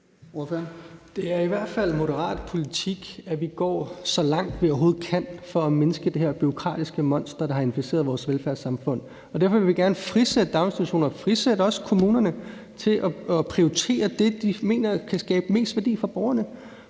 Det er i hvert fald moderat politik, at vi går så langt, vi overhovedet kan for at mindske det her bureaukratiske monster, der har inficeret vores velfærdssamfund. Derfor vil vi gerne frisætte daginstitutioner og også frisætte kommunerne til at prioritere det, de mener kan skabe mest værdi for borgerne.